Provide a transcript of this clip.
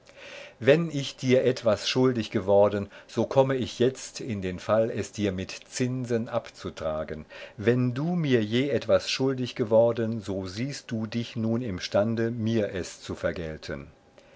wenn ich dir etwas schuldig geworden so komme ich jetzt in den fall dir es mit zinsen abzutragen wenn du mir je etwas schuldig geworden so siehst du dich nun imstande mir es zu vergelten